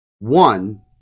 one